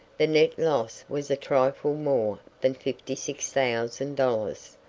the net loss was a trifle more than fifty six thousand dollars.